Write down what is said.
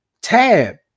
tab